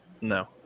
No